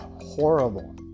horrible